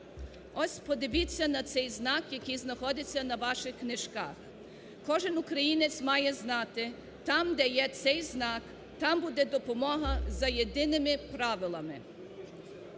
Ось подивіться на цей знак, який знаходиться на ваших книжках. Кожен українець має знати: там, де є цей знак, там буде допомога за єдиними правилами.